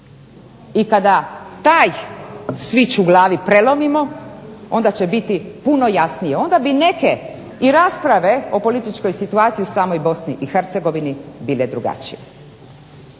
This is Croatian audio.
I kada taj switch u glavi prelomimo onda će biti puno jasnije. Onda bi neke i rasprave o političkoj situaciji u samoj Bosni i Hercegovini bile drugačije.